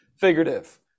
figurative